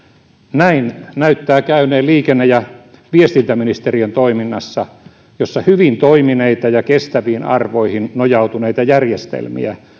näin näyttää käyneen liikenne ja viestintäministeriön toiminnassa jossa hyvin toimineita ja kestäviin arvoihin nojautuneita järjestelmiä